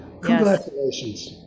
Congratulations